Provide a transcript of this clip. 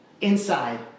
inside